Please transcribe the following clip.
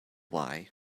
why